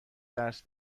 درس